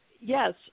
Yes